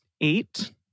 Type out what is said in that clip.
eight